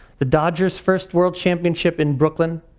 the dodgers first world championship in brooklyn,